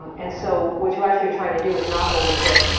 and so what you're actually trying to do is not overfit.